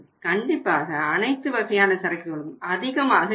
கண்டிப்பாக அனைத்து வகையான சரக்குகளும் அதிகமாக இருக்கும்